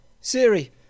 Siri